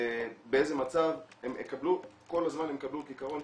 באיזה מצב, הם יקבלו כל הזמן כעיקרון